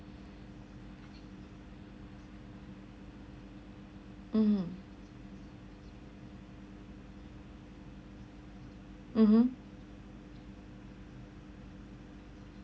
mmhmm mmhmm